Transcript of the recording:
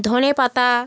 ধনেপাতা